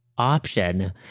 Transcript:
option